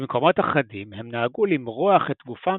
במקומות אחדים הם נהגו למרוח את גופם